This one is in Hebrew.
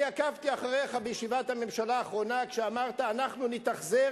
אני עקבתי אחריך בישיבת הממשלה האחרונה כשאמרת: אנחנו נתאכזר